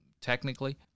technically